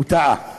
הוא טעה.